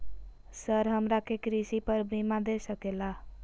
Sir हमरा के कृषि पर बीमा दे सके ला?